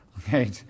Okay